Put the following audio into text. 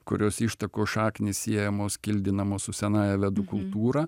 kurios ištakos šaknys siejamos kildinamos su senąja vedų kultūra